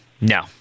No